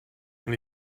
from